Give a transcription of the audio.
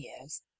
years